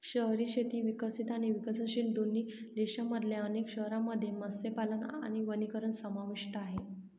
शहरी शेती विकसित आणि विकसनशील दोन्ही देशांमधल्या अनेक शहरांमध्ये मत्स्यपालन आणि वनीकरण समाविष्ट आहे